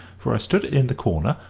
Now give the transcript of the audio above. for i stood it in the corner,